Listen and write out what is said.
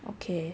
okay